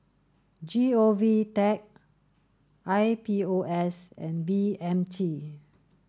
G O V tech I P O S and B M T